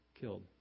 killed